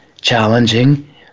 challenging